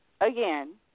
Again